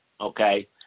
okay